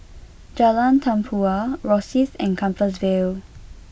Jalan Tempua Rosyth and Compassvale